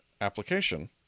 application